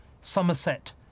Somerset